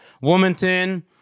Wilmington